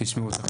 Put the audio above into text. שישמעו.